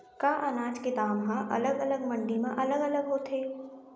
का अनाज के दाम हा अलग अलग मंडी म अलग अलग होथे?